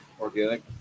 Organic